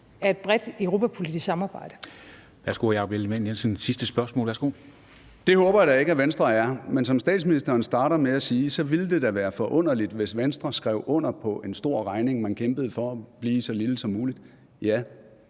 Kl. 13:12 Jakob Ellemann-Jensen (V): Det håber jeg da ikke Venstre er. Men som statsministeren starter med at sige, ville det da være forunderligt, hvis Venstre skrev under på en stor regning, man kæmpede for blev så lille som muligt. Ja,